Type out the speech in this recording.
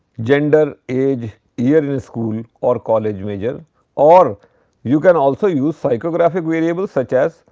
gender age year in school or college major or you can also use psychographic variables such as,